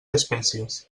espècies